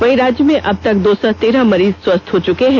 वहीं राज्य में अबतक दो सौ तेरह मरीज स्वस्थ हो चुके हैं